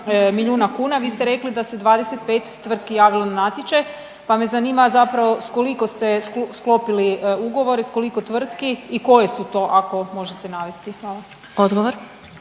milijuna kuna, vi ste rekli da se 25 tvrtki javilo na natječaj, pa me zanima zapravo s koliko ste sklopili ugovor i s koliko tvrtki i koje su to ako možete navesti. Hvala.